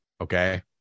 okay